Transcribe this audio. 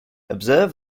observe